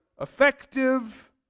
effective